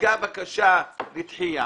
כשהוצגה בקשה לדחייה,